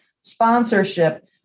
sponsorship